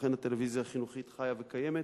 ולכן הטלוויזיה החינוכית חיה וקיימת,